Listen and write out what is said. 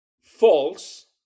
false